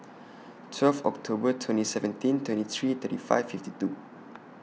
twelve October twenty seventeen twenty three thirty five fifty two